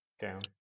down